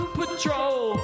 patrol